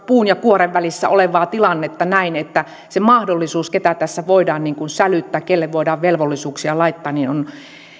puun ja kuoren välissä tilannetta näin että se mahdollisuus kelle tässä voidaan sälyttää kelle voidaan velvollisuuksia laittaa on